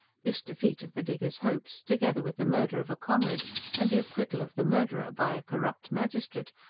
this defeat of the diggers' hopes, together with the murder of a comrade and the acquittal of the murderer by a corrupt magistrate,